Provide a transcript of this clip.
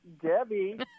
Debbie